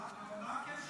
אבל מה הקשר להצעת החוק?